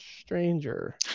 stranger